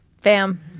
Bam